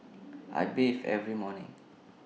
I bathe every morning